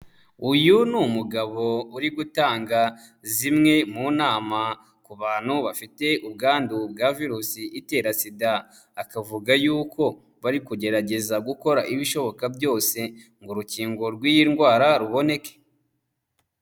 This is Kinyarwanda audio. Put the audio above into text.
Uyu ni umugabo uri gutanga zimwe mu nama ku bantu bafite ubwandu bwa Virusi itera SIDA, akavuga yuko bari kugerageza gukora ibishoboka byose ngo urukingo rw'iyi ndwara ruboneke.